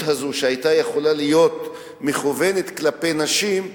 הזאת שהיתה יכולה להיות מכוונת כלפי נשים,